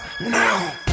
now